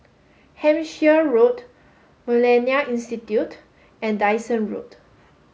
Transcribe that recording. Hampshire Road Millennia Institute and Dyson Road